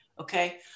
okay